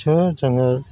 सो जोङो